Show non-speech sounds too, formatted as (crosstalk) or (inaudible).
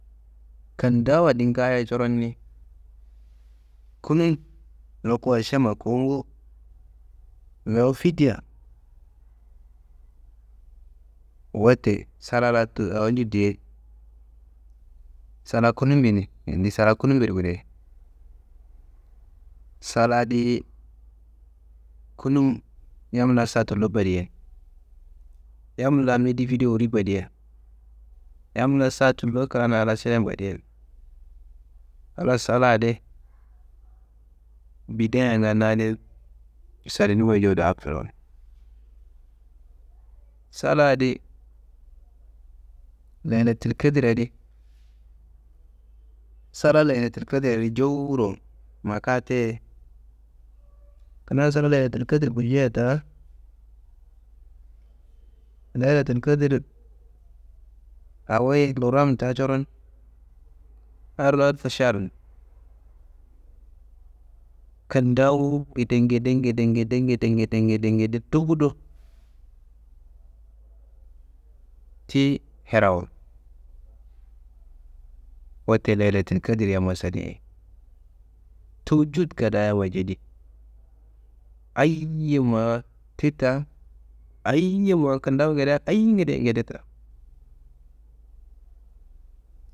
Kintawu adi ngaayo coron ni, kunun loku ašemma kowungu mewu fitia, wote salala awo nju diye. Sala kunumbene, andi sala kunumbero kudei. Saladiyi kunum yam la sa tullo bodiyei, yam la midi fidewu wuri bodiyei, yam la sa tullo klan a la šayan bodiyei. Halas sala adi bidayanga na adin salinuyiwa jowuro. (unintelligible) Sala adi leyilatil kadirra adi, sala leyilatil kadirra adi jowuro maka teye, kina sala leyilatil kadir gulceia ta, leyilatil kadir awoyi Luwuram ta coron (unintelligible) šahar. Kintawu ngedegnede ngedegnede ngedegnede ngedegnede, dufu do tiyi herawo. Wote leyilatil kadirria masallei, tujut kadaa yama jedi, ayiye ma ti ta, ayiye ma kintawu, ngedea ayingideye ngede ta.